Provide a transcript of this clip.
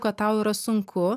kad tau yra sunku